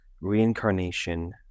reincarnation